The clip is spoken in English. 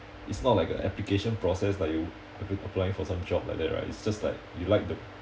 it's not like a application process like you maybe applying for some job like that right it's just like you like the